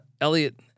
Elliot